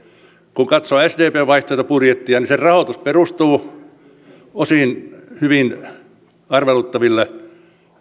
kun katsoo sdpn vaihtoehtobudjettia niin sen rahoitus perustuu osin hyvin arveluttaville